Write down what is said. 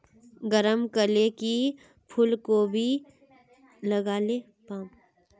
गरम कले की फूलकोबी लगाले पाम?